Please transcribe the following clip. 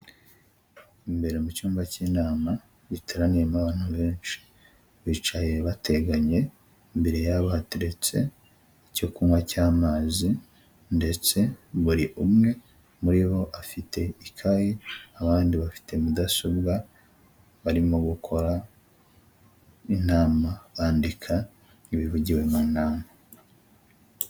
Imbere mu cyumba cy'inama, giteraniyemo abantu benshi, bicaye bateganye, imbere yabo hateretse, icyo kunywa cy'amazi, ndetse buri umwe muri bo afite ikayi, abandi bafite mudasobwa, barimo gukora inama bandika ibivugiwe mu nama.